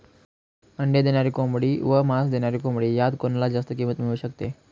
अंडी देणारी कोंबडी व मांस देणारी कोंबडी यात कोणाला जास्त किंमत मिळू शकते?